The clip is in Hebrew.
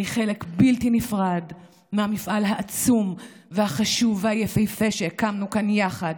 אני חלק בלתי נפרד מהמפעל העצום והחשוב והיפהפה שהקמנו כאן יחד.